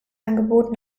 angebot